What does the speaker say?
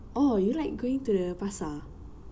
oh you like going to the pasar